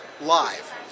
live